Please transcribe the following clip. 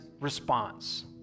response